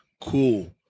cool